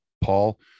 Paul